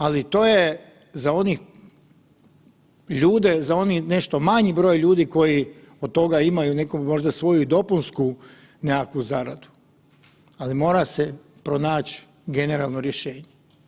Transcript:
Ali to za oni, ljude za oni nešto manji broj ljudi koji od toga imaju neku možda svoju i dopunsku nekakvu zaradu, ali mora se pronaći generalno rješenje.